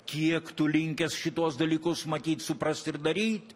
kiek tu linkęs šituos dalykus matyt suprast ir daryt